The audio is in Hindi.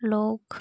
लोग